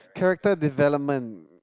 character development